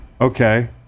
Okay